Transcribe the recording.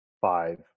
five